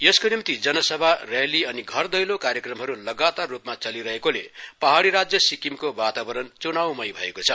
यसको निम्ति जनसभा रैली अनि घरदैलो कार्यक्रमहरू लगातार रूपमा चलिरहेकोले पहाड़ी राज्य सिक्किमको वातावरण चुनावमय भएको छ